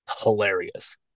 hilarious